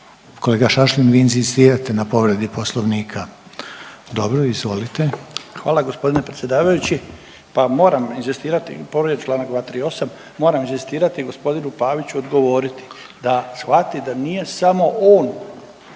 kolega Šašlin vi inzistirate na povredi poslovnika? Dobro, izvolite. **Šašlin, Stipan (HDZ)** Hvala g. predsjedavajući. Pa moram inzistirati, povrijeđen je čl. 238., moram inzistirati i g. Paviću odgovoriti da shvati da nije samo on